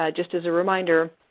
ah just as a reminder,